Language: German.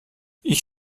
ich